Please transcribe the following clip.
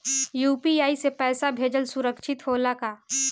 UPI से पैसा भेजल सुरक्षित होला का?